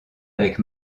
avec